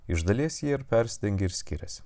iš dalies jie ir persidengia ir skiriasi